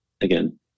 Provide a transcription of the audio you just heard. again